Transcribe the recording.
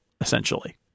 essentially